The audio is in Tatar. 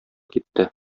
китте